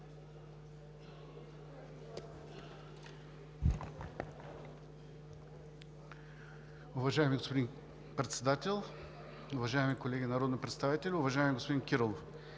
Уважаеми господин Председател, уважаеми колеги народни представители! Уважаеми господин Кирилов,